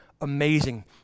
amazing